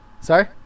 sorry